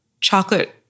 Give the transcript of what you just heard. chocolate